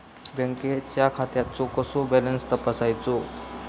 बँकेच्या खात्याचो कसो बॅलन्स तपासायचो?